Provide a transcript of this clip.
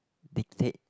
dictate